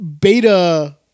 beta